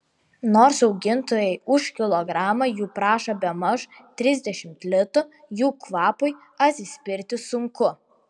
nors augintojai už kilogramą jų prašo bemaž trisdešimt litų jų kvapui atsispirti sunku